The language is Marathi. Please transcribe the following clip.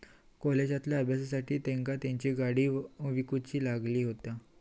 कॉलेजच्या अभ्यासासाठी तेंका तेंची गाडी विकूची लागली हुती